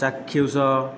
ଚାକ୍ଷୁଷ